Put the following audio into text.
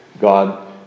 God